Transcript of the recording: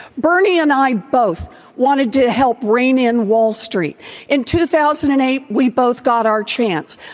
bernie and i both wanted to help rein in wall street in two thousand and eight. we both got our chance.